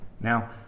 Now